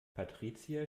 patricia